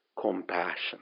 compassion